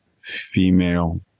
female